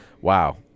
wow